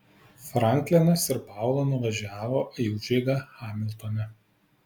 franklinas ir paula nuvažiavo į užeigą hamiltone